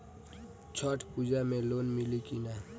छठ पूजा मे लोन मिली की ना?